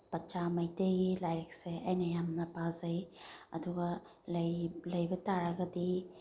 ꯄꯠꯆꯥ ꯃꯩꯇꯩꯒꯤ ꯂꯥꯏꯔꯤꯛꯁꯦ ꯑꯩꯅ ꯌꯥꯝꯅ ꯄꯥꯖꯩ ꯑꯩꯗꯨꯒ ꯂꯩꯕꯇꯥꯔꯒꯗꯤ